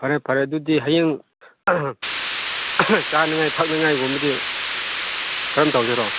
ꯐꯔꯦ ꯐꯔꯦ ꯑꯗꯨꯗꯤ ꯍꯌꯦꯡ ꯆꯥꯅꯤꯡꯉꯥꯏ ꯊꯛꯅꯤꯡꯉꯥꯏ ꯒꯨꯝꯕꯗꯤ ꯀꯔꯝ ꯇꯧꯁꯤꯔꯣ